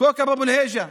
אבו אל-היג'א,